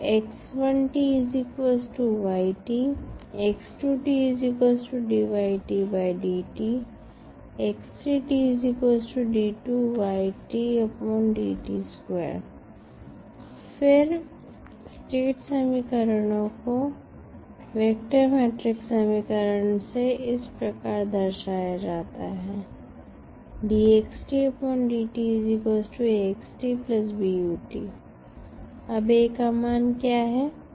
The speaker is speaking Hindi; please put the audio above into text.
तो फिर स्टेट समीकरणों को वेक्टर मैट्रिक्स समीकरण से इस प्रकार दर्शाया जाता है अब A का मान क्या है